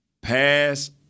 pass